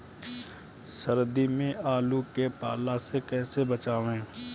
सर्दी में आलू के पाला से कैसे बचावें?